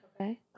Okay